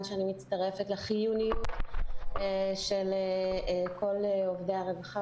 שאני מצטרפת לחיוניות של כל עובדי הרווחה,